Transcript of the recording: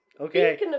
Okay